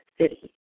city